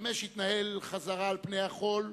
חרמש התנהל בחזרה על פני החול,